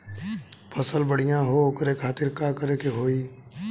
फसल बढ़ियां हो ओकरे खातिर का करे के होई?